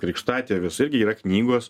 krikštatėvis irgi yra knygos